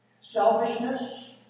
Selfishness